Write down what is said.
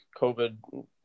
COVID